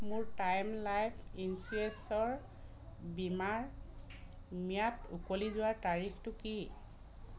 মোৰ time life ইন্সুৰেঞ্চৰ বীমাৰ ম্যাদ উকলি যোৱাৰ তাৰিখটো কি